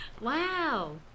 Wow